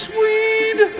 weed